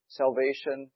salvation